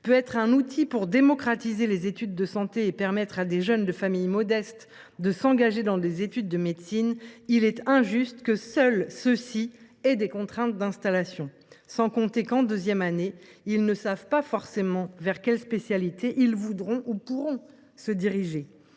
peut être un outil pour démocratiser les études de santé et permettre à des jeunes de familles modestes de s’engager dans des études de médecine, mais il est injuste que seuls ceux ci aient des contraintes d’installation. D’ailleurs, en deuxième année, ils ne savent pas forcément encore vers quelle spécialité ils voudront ou pourront se diriger.